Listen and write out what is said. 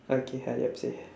okay hurry up say